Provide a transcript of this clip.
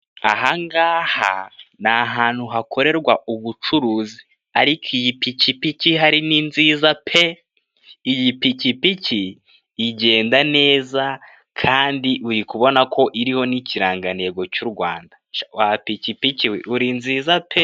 Aha ni ahantu hakorerwa ubucuruzi ariko iyi pikipiki ihari ni nziza pe! Iyi pikipiki igenda neza kandi uri kubona ko iriho n'ikirangantego cy'u Rwanda. Sha wapikipiki we uri nziza pe!